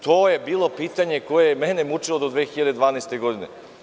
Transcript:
To je bilo pitanje koje je mene mučilo do 2012. godine.